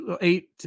eight